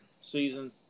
season